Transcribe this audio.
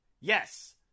Yes